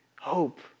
hope